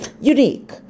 unique